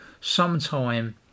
sometime